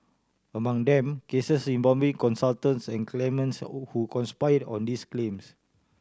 among them cases involving consultants and claimants who conspired on these claims